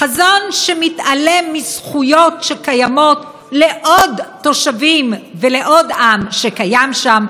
חזון שמתעלם מזכויות שקיימות לעוד תושבים ולעוד עם שקיים שם,